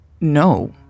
No